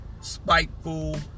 spiteful